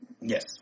Yes